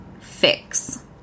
fix